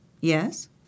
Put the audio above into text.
Yes